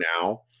now